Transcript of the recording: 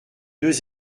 deux